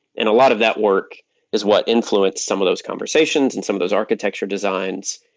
and a lot of that work is what influenced some of those conversations and some of those architecture designs,